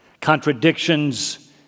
contradictions